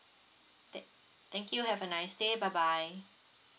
th~ thank you have a nice day bye bye